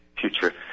future